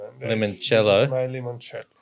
limoncello